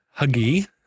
huggy